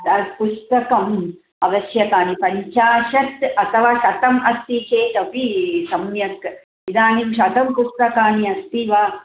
तद् पुस्तकम् आवश्यकानि पञ्चाशत् अथवा शतम् अस्ति चेत् अपि सम्यक् इदानीं शतं पुस्तकानि अस्ति वा